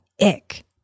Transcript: ick